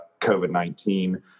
COVID-19